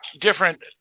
different